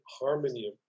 harmony